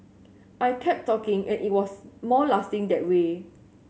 I kept talking and it was more lasting that way